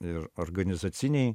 ir organizaciniai